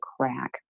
crack